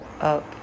Up